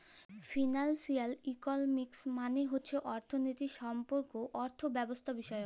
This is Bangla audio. ফিলালসিয়াল ইকলমিক্স মালে হছে অথ্থলিতি সম্পর্কিত অথ্থব্যবস্থাবিষয়ক